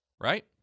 right